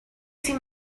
see